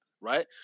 right